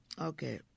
Okay